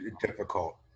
difficult